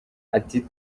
ati